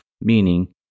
meaning